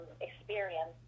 experience